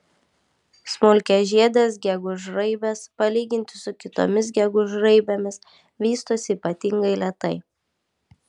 smulkiažiedės gegužraibės palyginti su kitomis gegužraibėmis vystosi ypatingai lėtai